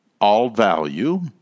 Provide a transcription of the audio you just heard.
all-value